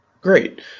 Great